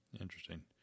Interesting